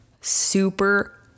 super